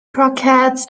croquettes